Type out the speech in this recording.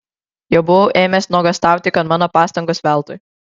jau buvau ėmęs nuogąstauti kad mano pastangos veltui